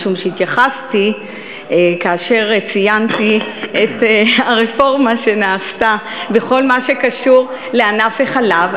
משום שהתייחסתי כאשר ציינתי את הרפורמה שנעשתה בכל מה שקשור לענף החלב.